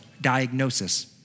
diagnosis